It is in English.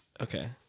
Okay